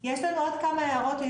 יש לנו עוד כמה הערות.